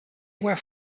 were